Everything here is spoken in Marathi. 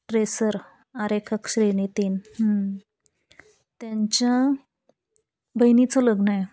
प्रेसर आरेखक श्रेणी तीन त्यांच्या बहिणीचं लग्न आहे